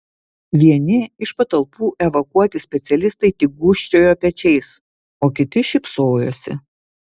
vieni iš patalpų evakuoti specialistai tik gūžčiojo pečiais o kiti šypsojosi